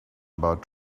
about